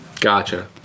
Gotcha